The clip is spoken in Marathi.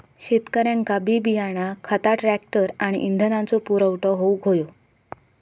शेतकऱ्यांका बी बियाणा खता ट्रॅक्टर आणि इंधनाचो पुरवठा होऊक हवो